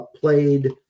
played